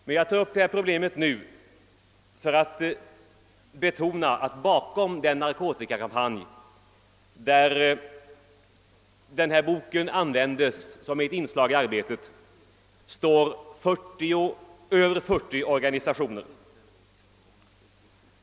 Men jag tar upp frågan nu för att betona att bakom den narkotikakampanj, där denna bok används som ett inslag i arbetet, står över 40 organisationer.